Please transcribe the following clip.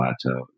plateaus